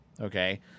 okay